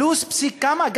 פסיק, כמה?